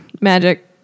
Magic